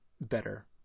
better